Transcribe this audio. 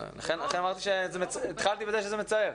לכן התחלתי את דבריי בכך שאמרתי שזה מצער.